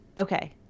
Okay